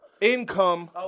income